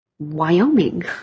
Wyoming